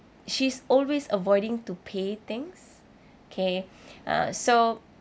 she's always avoiding to pay things okay uh so